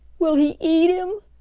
will he eat him?